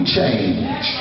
change